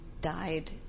died